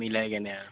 মিলাই কেনে